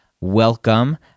welcome